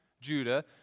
Judah